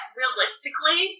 realistically